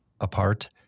apart